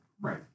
Right